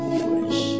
fresh